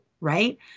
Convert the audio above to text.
right